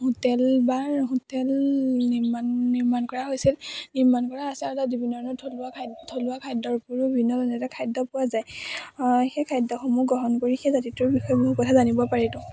hotel বা hotel নিৰ্মাণ নিৰ্মাণ কৰা হৈছিল নিৰ্মাণ কৰা আছে আৰু তাত বিভিন্ন ধৰণৰ থলুৱা খাদ্য থলুৱা খাদ্যৰ ওপৰতো বিভিন্ন ধৰণৰ খাদ্য পোৱা যায় সেই খাদ্যসমূহ গ্ৰহণ কৰি সেই জাতিটোৰ বিষয়ে বহু কথা জানিব পাৰিলোঁ